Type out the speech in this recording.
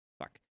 Fuck